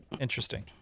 Interesting